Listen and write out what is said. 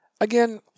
Again